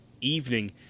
evening